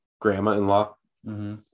grandma-in-law